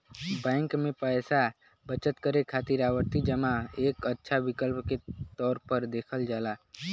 bank में पैसा बचत करे खातिर आवर्ती जमा एक अच्छा विकल्प के तौर पर देखल जाला